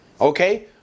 okay